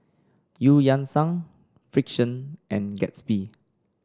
Eu Yan Sang Frixion and Gatsby